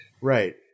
Right